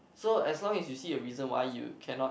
so as long as you see a reason why you cannot